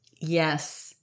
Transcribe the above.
Yes